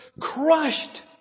crushed